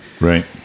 right